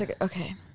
Okay